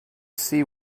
see